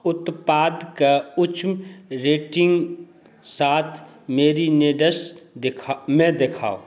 उत्पादकेंँ उच्च रेटिन्गके साथ मैरिनेड्समे देखाउ